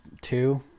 two